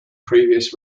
previous